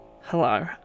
Hello